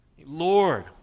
lord